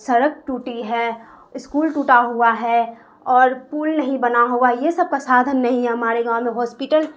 سڑک ٹوٹی ہے اسکول ٹوٹا ہوا ہے اور پل نہیں بنا ہوا ہے یہ سب کا سادھن نہیں ہے ہمارے گاؤں میں ہاسپٹل